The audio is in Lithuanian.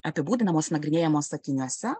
apibūdinamos nagrinėjamos sakiniuose